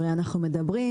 הרי אנחנו מדברים,